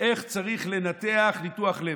איך צריך לנתח ניתוח לב,